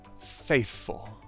Faithful